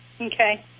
Okay